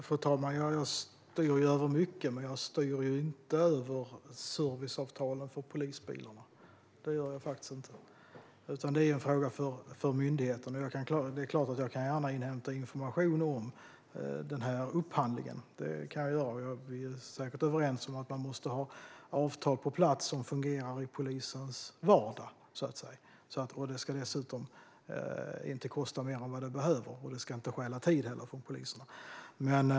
Fru talman! Jag styr över mycket, men jag styr inte över serviceavtalen för polisbilarna. Det gör jag faktiskt inte. Det är en fråga för myndigheten. Det är klart att jag kan inhämta information om denna upphandling. Vi är säkert överens om att man måste ha avtal på plats som fungerar i polisens vardag så att säga. Det ska inte heller kosta mer än det behöver, och det ska inte heller stjäla tid från poliserna.